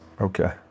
Okay